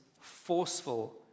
forceful